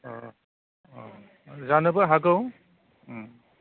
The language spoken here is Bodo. अ अ जानोबो हागौ